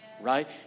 right